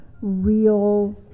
real